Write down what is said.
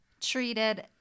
treated